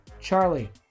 Charlie